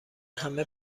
همه